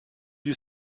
you